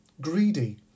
greedy